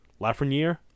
Lafreniere